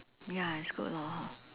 ya it's good lor